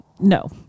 No